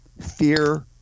fear